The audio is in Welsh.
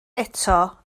eto